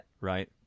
Right